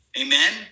Amen